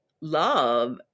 love